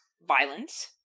violence